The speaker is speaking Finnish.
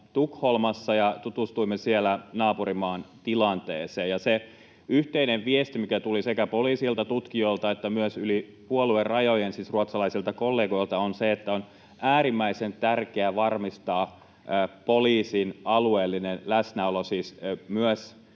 Tukholmassa, ja tutustuimme siellä naapurimaan tilanteeseen. Se yhteinen viesti, mikä tuli sekä poliisilta, tutkijoilta että myös yli puoluerajojen ruotsalaisilta kollegoilta, on se, että on äärimmäisen tärkeää varmistaa poliisin alueellinen läsnäolo myös